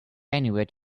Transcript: anywhere